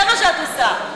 זה מה שאת עושה.